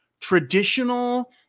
traditional